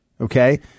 Okay